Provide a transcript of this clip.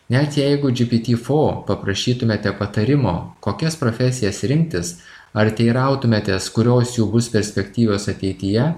net jeigu gpt four paprašytumėte patarimo kokias profesijas rinktis ar teirautumėtės kurios jų bus perspektyvios ateityje